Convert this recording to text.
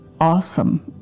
awesome